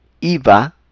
IVA